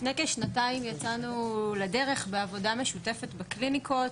לפני כשנתיים יצאנו לדרך לעבודה משותפת בקליניקות,